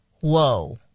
whoa